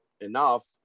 enough